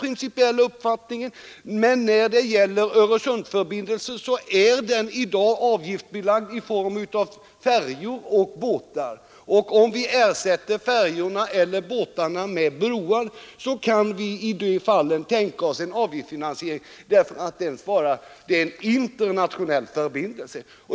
Men Öresundsförbindelsen är i dag avgiftsbelagd i form av färjeoch båtavgifter, och om vi ersätter färjorna eller båtarna med broar, kan vi i det fallet tänka oss en avgiftsfinansiering, eftersom det är en internationell förbindelse.